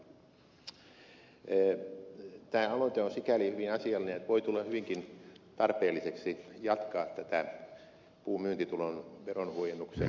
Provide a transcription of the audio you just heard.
tämä aloite on sikäli hyvin asiallinen että voi tulla hyvinkin tarpeelliseksi jatkaa tätä puun myyntitulon veronhuojennuksen kestoa